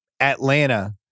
Atlanta